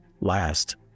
last